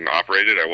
operated